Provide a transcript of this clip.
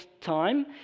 time